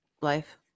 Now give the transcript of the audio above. life